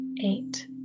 eight